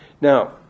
Now